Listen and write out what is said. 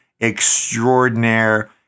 extraordinaire